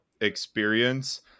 experience